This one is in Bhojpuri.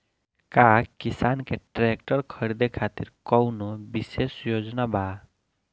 का किसान के ट्रैक्टर खरीदें खातिर कउनों विशेष योजना बा?